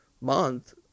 month